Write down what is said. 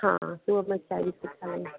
हाँ सुबह में चाय बिस्किट खा लेंगे